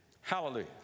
Hallelujah